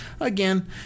Again